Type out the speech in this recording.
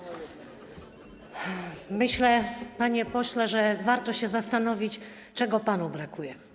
Myślę, panie pośle, że warto się zastanowić, czego panu brakuje.